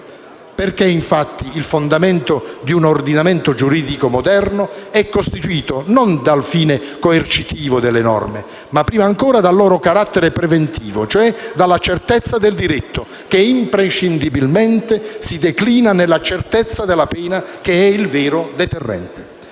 penale. Infatti il fondamento di un ordinamento giuridico moderno, è costituito, non dal fine coercitivo delle norme, ma prima ancora dal loro carattere preventivo, cioè dalla "certezza del diritto" che imprescindibilmente si declina nella "certezza della pena" che è il vero deterrente.